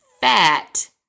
fat